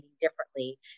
differently